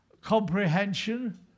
comprehension